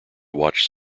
watched